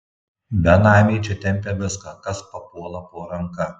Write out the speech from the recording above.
benamiai čia tempia viską kas papuola po ranka